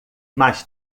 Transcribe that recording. mais